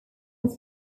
was